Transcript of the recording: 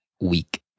week